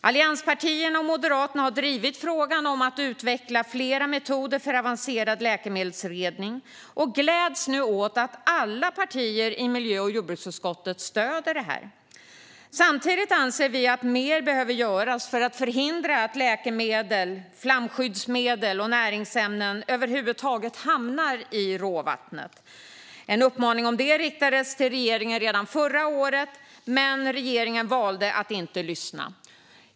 Allianspartierna och Moderaterna har drivit frågan om att utveckla flera metoder för avancerad läkemedelsrening och gläds nu åt att alla partier i miljö och jordbruksutskottet stöder detta. Samtidigt anser vi att mer behöver göras för att förhindra att läkemedel, flamskyddsmedel och näringsämnen över huvud taget hamnar i råvattnet. En uppmaning om detta riktades till regeringen redan förra året, men regeringen valde att inte lyssna.